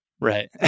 Right